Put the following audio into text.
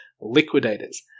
liquidators